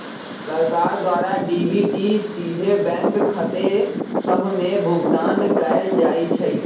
सरकार द्वारा डी.बी.टी सीधे बैंक खते सभ में भुगतान कयल जाइ छइ